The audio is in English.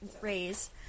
raise